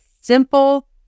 simple